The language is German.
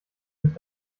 sich